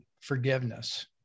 forgiveness